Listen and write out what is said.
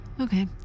Okay